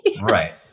Right